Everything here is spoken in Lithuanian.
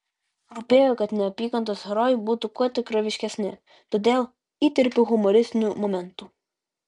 rūpėjo kad neapykantos herojai būtų kuo tikroviškesni todėl įterpiau humoristinių momentų